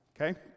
Okay